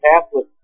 Catholic